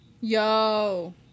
Yo